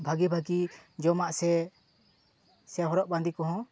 ᱵᱷᱟᱹᱜᱤ ᱵᱷᱟᱹᱜᱤ ᱡᱚᱢᱟᱜ ᱥᱮ ᱥᱮ ᱦᱚᱨᱚᱜ ᱵᱟᱸᱫᱮ ᱠᱚᱦᱚᱸ